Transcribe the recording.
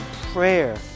prayer